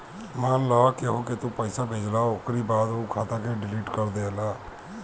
मान लअ केहू के तू पईसा भेजला ओकरी बाद उ खाता के डिलीट कर देहला